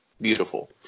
beautiful